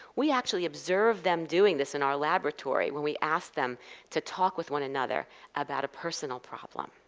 we actually observed them doing this in our laboratory, where we asked them to talk with one another about a personal problem.